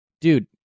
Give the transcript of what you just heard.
dude